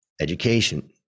education